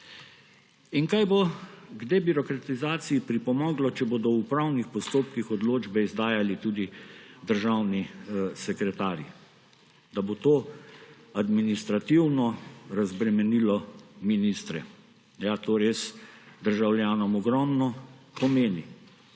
In kaj bo k debirokratizaciji pripomoglo, če bodo v upravnih postopkih odločbe izdajali tudi državni sekretarji? Da bo to administrativno razbremenilo ministre. Ja, to res državljanom ogromno pomeni!